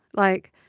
like,